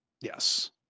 Yes